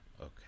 Okay